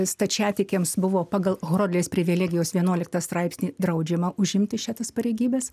stačiatikiams buvo pagal horodlės privilegijos vienuoliktą straipsnį draudžiama užimti šitas pareigybes